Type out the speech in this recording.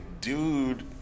dude